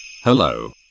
hello